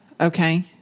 Okay